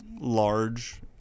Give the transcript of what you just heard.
large